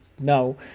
No